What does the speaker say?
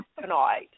tonight